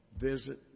visit